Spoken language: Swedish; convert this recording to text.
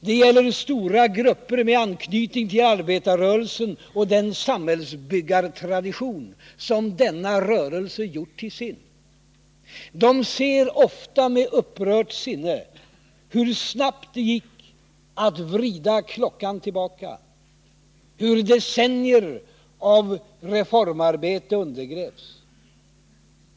Det gäller stora grupper med anknytning till arbetarrörelsen och den samhällsbyggartradition som denna rörelse gjort till sin. De ser, ofta med upprört sinne, hur snabbt det gick att vrida klockan tillbaka, hur decennier av reformarbete undergrävs.